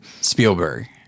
Spielberg